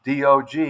dog